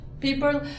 people